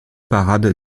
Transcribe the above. parade